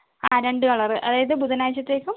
ആ രണ്ടു കളറ് അതായത് ബുധനാഴ്ച്ചത്തേക്കും